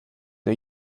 der